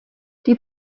die